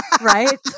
Right